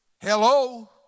Hello